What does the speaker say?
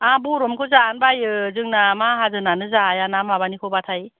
आं बरफनिखौ जानो बायो जोंना माहाजोनानो जायाना माबानिखौ बाथाय